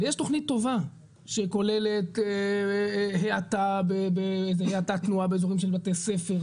אבל יש תכנית טובה שכוללת האטת תנועה באזורים של בתי ספר,